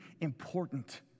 important